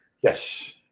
Yes